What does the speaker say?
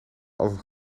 altijd